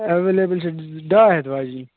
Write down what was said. available چھ ڈاے ہَتھ واجیٚنی